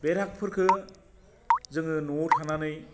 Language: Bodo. बे रागफोरखौ जोङो न'वाव थानानै